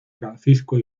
francisco